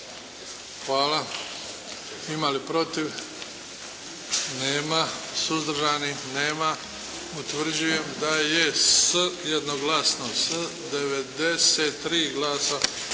Hvala. Ima li protiv? Nema. Suzdržani? Nema. Utvrđujem da je jednoglasno s 93 glasa